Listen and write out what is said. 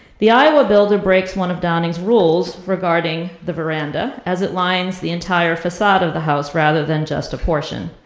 the iowa building breaks one of downing's rules regarding the veranda as it lines the entire facade of the house rather than just the a portion.